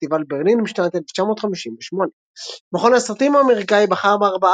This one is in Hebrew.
פסטיבל ברלין בשנת 1958. מכון הסרטים האמריקאי בחר בארבעה